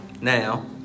now